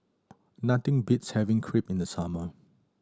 nothing beats having Crepe in the summer